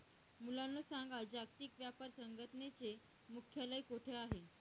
मुलांनो सांगा, जागतिक व्यापार संघटनेचे मुख्यालय कोठे आहे